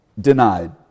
denied